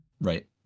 Right